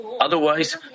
otherwise